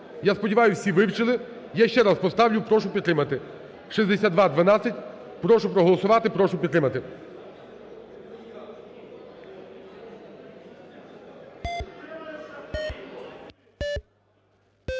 Я сподіваюсь, всі вивчили. Я ще раз поставлю, прошу підтримати 6212. Прошу проголосувати, прошу підтримати.